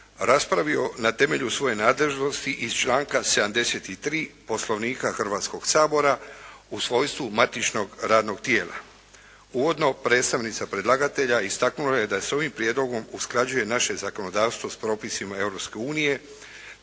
raspravio na temelju svoje nadležnosti iz članka 73. Poslovnika Hrvatskog sabora u svojstvu matičnog radnog tijela. Uvodno predstavnica predlagatelja istaknula je da se ovim prijedlogom usklađuje naše zakonodavstvo s propisima